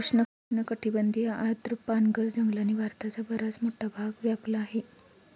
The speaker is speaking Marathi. उष्णकटिबंधीय आर्द्र पानगळ जंगलांनी भारताचा बराच मोठा भाग व्यापला आहे